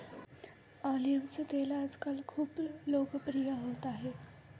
ऑलिव्हचे तेल आजकाल खूप लोकप्रिय होत आहे